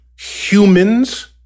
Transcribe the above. humans